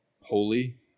holy